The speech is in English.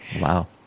wow